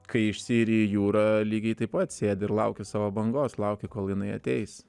kai išsiiri į jūrą lygiai taip pat sėdi ir lauki savo bangos lauki kol jinai ateis